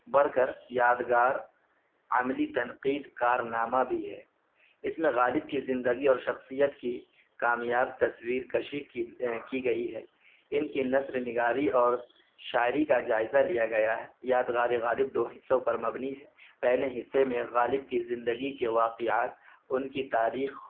بڑھ کر یادگار عملی تنقید کارنامہ بھی ہے اس میں غالب کی زندگی اور شخصیت کی کامیاب تصویر کشی کی گئی ہے ان کی نثر نگاری اور شاعری کا جائزہ لیا گیا ہے یادگار غالب دو حصوں پر مبنی ہے پہلے حصے میں غالب کی زندگی کے واقعات ان کی تاریخ